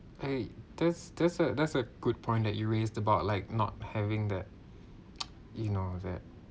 !hey! that's that's a that's a good point that you raised about like not having that you know that